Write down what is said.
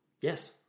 Yes